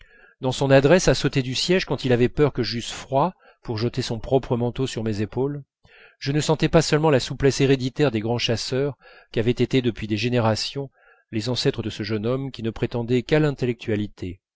dans son adresse à sauter du siège quand il avait peur que j'eusse froid pour jeter son propre manteau sur mes épaules je ne sentais pas seulement la souplesse héréditaire des grands chasseurs qu'avaient été depuis des générations les ancêtres de ce jeune homme qui ne prétendait qu'à l'intellectualité